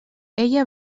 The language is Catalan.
ella